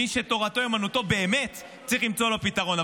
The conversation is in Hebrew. מי שתורתו אומנותו באמת, צריך למצוא לו פתרון.